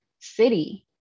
city